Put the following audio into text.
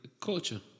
Culture